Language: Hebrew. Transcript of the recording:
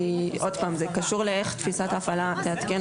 שוב, זה קשור לתפיסת הפעלה תעדכן